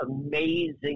amazing